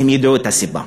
ידעו את הסיבה.